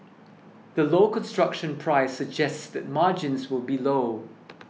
the low construction price suggests that margins will be low